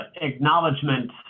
acknowledgement